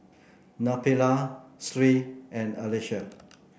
Nabila Sri and Alyssa